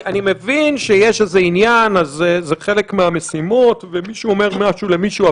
אני מבין שיש איזה עניין שזה חלק מהמשימות ומישהו אומר משהו למישהו,